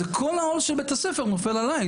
זה כל העול של בית הספר נופל עליי,